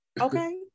Okay